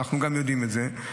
ואנחנו גם יודעים את זה: